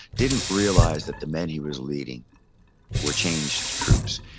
didn't realize that the men he was leading were changed troops.